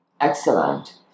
Excellent